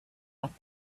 what